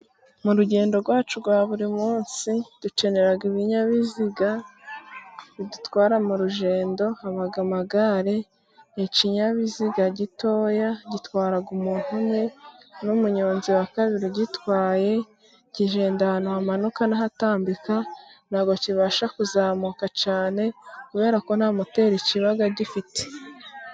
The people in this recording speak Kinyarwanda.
Mu rugendo rwacu rwa buri munsi dukenera ibinyabiziga bidutwara mu rugendo, haba amagare, ikinyabiziga gitoya gitwara umuntu umwe n'umunyonzi wa kabiri ugitwaye, kigenda ahantu hamanuka n'ahatambika, nta bwo kibasha kuzamuka cyane, kubera ko nta moteri kiba gifite.